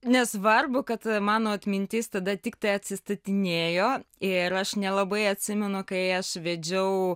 nesvarbu kad mano atmintis tada tiktai atsiskaitinėjo ir aš nelabai atsimenu kai aš vedžiau